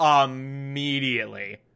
immediately